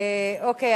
אוקיי.